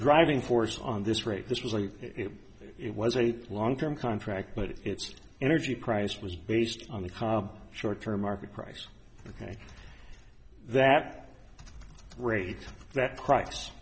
driving force on this rate this was like it was a long term contract but it's energy price was based on the cob short term market price that rate that pri